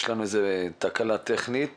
יש לנו תקלה טכנית